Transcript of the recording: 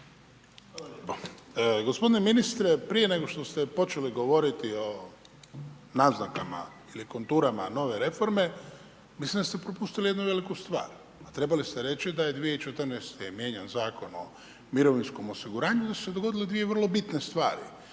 lijepo. Gospodine ministre, prije nego što se ste počeli o naznaka ili konturama nove reforme, mislim da ste propustili jednu veliku stvar a trebali ste reći da je 2014. mijenjan Zakon o mirovinskom osiguranju i da su se dogodile dvije vrlo bitne stvari.